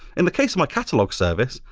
in the case of my catalog service,